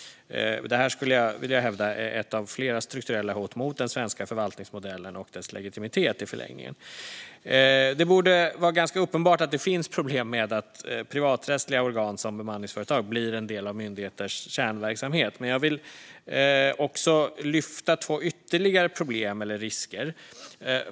Det här skulle jag vilja hävda är ett av flera strukturella hot mot den svenska förvaltningsmodellen och i förlängningen mot dess legitimitet. Det borde vara ganska uppenbart att det finns problem med att privaträttsliga organ som bemanningsföretag blir en del av myndigheters kärnverksamhet. Jag vill lyfta två ytterligare problem eller risker.